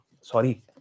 Sorry